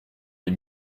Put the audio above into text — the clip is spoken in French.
les